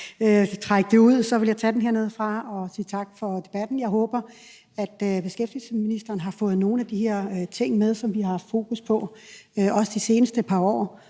trække det ud. Jeg vil sige tak for debatten. Jeg håber, at beskæftigelsesministeren har fået nogle af de her ting med, som vi har haft fokus på også de seneste par år